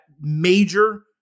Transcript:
major